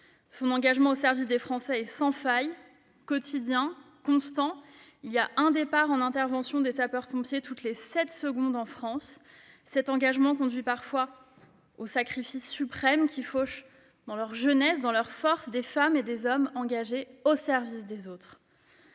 Son engagement au service des Français est sans faille, quotidien, constant. Un départ en intervention des sapeurs-pompiers a lieu toutes les sept secondes en France. Cet engagement conduit parfois au sacrifice suprême, qui fauche, dans leur jeunesse et dans leur force, des femmes et des hommes engagés au service des autres.